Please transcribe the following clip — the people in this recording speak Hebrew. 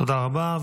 תודה רבה.